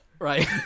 Right